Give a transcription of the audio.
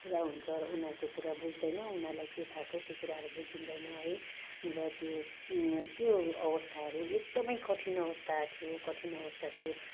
पुरा हुन्छ र उनीहरूको कुरा बुझ्दैनौँ उनीहरूलाई के भएको त्यो कुराहरू बुझिँदैन है र त्यो त्यो अवस्थाहरू एकदमै कठिन अवस्था थियो कठिन अवस्था थियो